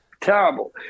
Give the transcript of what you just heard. terrible